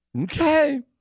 Okay